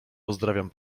pozdrawiam